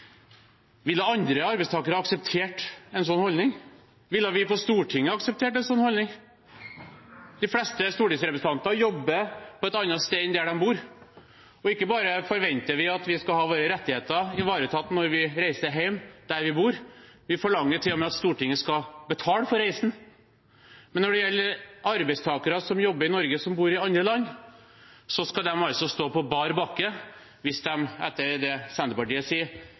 Ville andre arbeidstakere akseptert en slik holdning? Ville vi på Stortinget akseptert en slik holdning? De fleste stortingsrepresentanter jobber på et annet sted enn der de bor, men ikke bare forventer vi at våre rettigheter skal ivaretas når vi reiser hjem dit vi bor, vi forlanger til og med at Stortinget skal betale for reisen. Når det gjelder arbeidstakere som jobber i Norge, og som bor i andre land, skal de altså stå på bar bakke hvis de, etter det Senterpartiet sier,